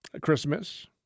Christmas